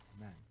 amen